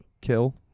kill